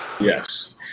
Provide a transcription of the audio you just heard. Yes